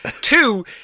Two